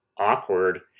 awkward